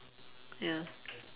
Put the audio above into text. ya